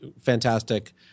fantastic